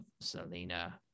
Selena